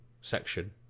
section